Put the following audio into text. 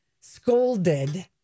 scolded